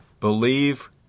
Believe